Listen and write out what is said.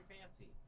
fancy